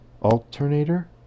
Alternator